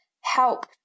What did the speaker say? help